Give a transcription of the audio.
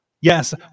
Yes